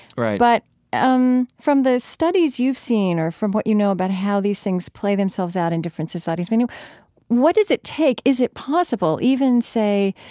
right but um from the studies you've seen or from what you know about how these things play themselves out in different societies, we know what does it take? is it possible even, say,